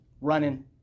running